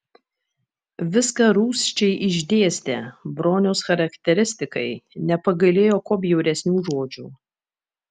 viską rūsčiai išdėstė broniaus charakteristikai nepagailėjo kuo bjauresnių žodžių